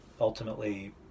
ultimately